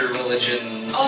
religions